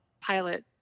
pilot